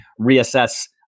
reassess